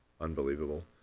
Unbelievable